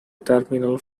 terminal